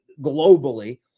globally